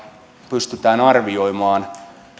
pystytään arvioimaan